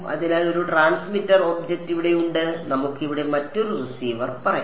അതിനാൽ ഒരു transmitter object ഇവിടെയുണ്ട് നമുക്ക് ഇവിടെ മറ്റൊരു റിസീവർ പറയാം